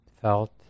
felt